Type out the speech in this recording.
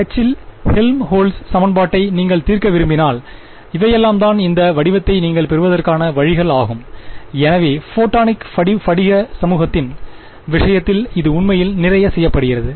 H இல் Helmholtz சமன்பாட்டைப் நீங்கள் தீர்க்க விரும்பினால் இவையெல்லாம்தான் இந்த வடிவத்தை நீங்கள் பெறுவதற்கான வழிகள் ஆகும் எனவே ஃபோட்டானிக் படிக சமூகத்தின் விஷயத்தில் இது உண்மையில் நிறைய செய்யப்படுகிறது